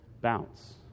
bounce